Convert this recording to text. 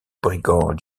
brigand